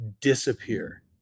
disappear